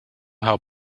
how